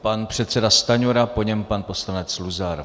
Pan předseda Stanjura, po něm pan poslanec Luzar.